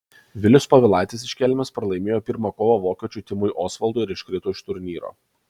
vilius povilaitis iš kelmės pralaimėjo pirmą kovą vokiečiui timui osvaldui ir iškrito iš turnyro